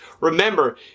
remember